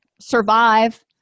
survive